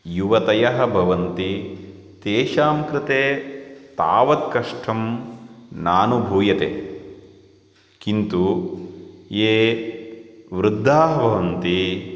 युवतयः भवन्ति तेषां कृते तावत् कष्टं नानुभूयते किन्तु ये वृद्धाः भवन्ति